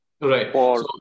Right